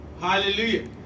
hallelujah